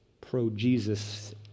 pro-Jesus